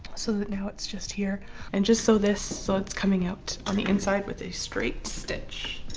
so that now, it's just here and just sew this so it's coming out on the inside with a straight stitch